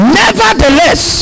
nevertheless